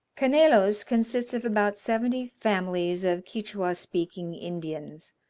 canelos consists of about seventy families of quichua-speaking indians,